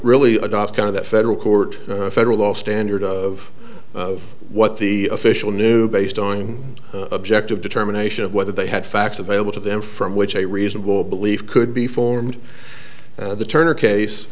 really adopt kind of that federal court federal law standard of of what the official knew based on objective determination of whether they had facts available to them from which a reasonable belief could be formed the turner case